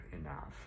enough